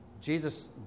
Jesus